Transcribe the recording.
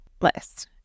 list